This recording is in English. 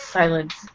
silence